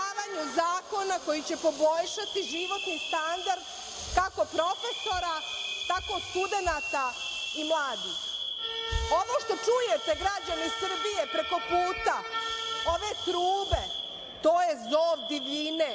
zakona koji će poboljšati životni standard kako profesora, tako studenata i mladih. Ovo što čujete, građani Srbije, preko puta, ove trube, to je zov divljine,